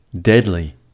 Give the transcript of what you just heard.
deadly